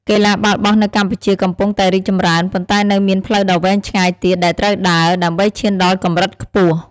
កីឡាបាល់បោះនៅកម្ពុជាកំពុងតែរីកចម្រើន ប៉ុន្តែនៅមានផ្លូវដ៏វែងឆ្ងាយទៀតដែលត្រូវដើរ ដើម្បីឈានដល់កម្រិតខ្ពស់។